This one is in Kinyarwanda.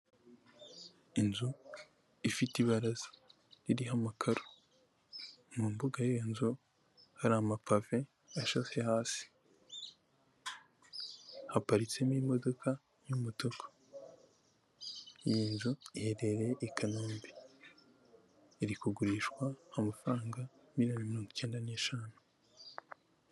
Inzu ifite ibaraza ririho amakaro, mu mbuga y'iyo nzu hari amapave ashashe hasi, haparitsemo imodoka y'umutuku, iyi nzu iherereye i Kanombe, iri kugurishwa amafaranga miliyoni mirongo icyenda n'eshanu.